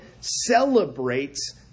celebrates